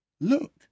Look